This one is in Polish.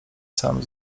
sam